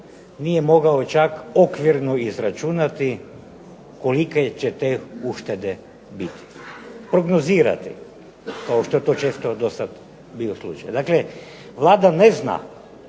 nije mogao čak okvirno izračunati kolike će te uštede biti. Prognozirati, kao što je to često do sada bio slučaj. Dakle, Vlada ne zna